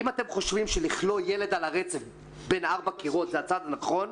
אם אתם חושבים שלכלוא ילד על הרצף בין ארבע קירות זה הצעד הנכון,